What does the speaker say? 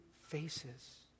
faces